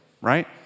right